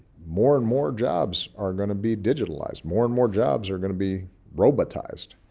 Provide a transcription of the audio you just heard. more and more jobs are going to be digitalized, more and more jobs are going to be robotized.